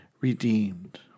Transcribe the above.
redeemed